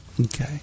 Okay